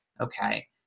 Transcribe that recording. Okay